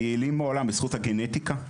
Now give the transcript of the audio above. היעילים מעולם בזכות הגנטיקה,